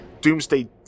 Doomsday